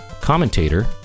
commentator